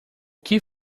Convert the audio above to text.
que